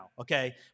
okay